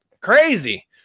Crazy